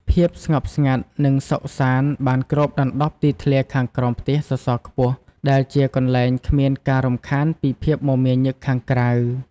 ភាពស្ងប់ស្ងាត់ និងសុខសាន្តបានគ្របដណ្ដប់ទីធ្លាខាងក្រោមផ្ទះសសរខ្ពស់ ដែលជាកន្លែងគ្មានការរំខានពីភាពមមាញឹកខាងក្រៅ។